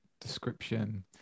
description